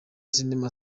cinema